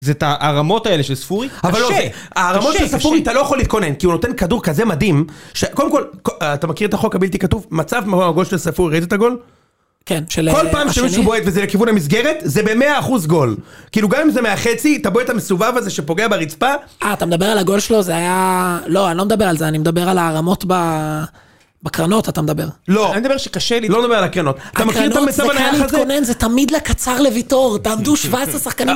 זה את ההרמות האלה של ספורי, אבל לא זה. ההרמות של ספורי אתה לא יכול להתכונן, כי הוא נותן כדור כזה מדהים ש... קודם כל, אתה מכיר את החוק הבלתי כתוב? מצב מבחון הגול של ספורי, ראית את הגול? כן, של... כל פעם כשהוא בועד וזה לכיוון המסגרת, זה ב-100 אחוז גול. כאילו, גם אם זה מהחצי, אתה בועד את המסובב הזה שפוגע ברצפה. אה, אתה מדבר על הגול שלו? זה היה... לא, אני לא מדבר על זה, אני מדבר על ההרמות ב... בקרנות אתה מדבר. לא, אני מדבר שקשה לי לא לדבר על הקרנות. אתה מכיר את המצב על היחס? הקרנות זה קל להתכונן, זה תמיד לקצר לוויתור. תעמדו 17 שחקנים.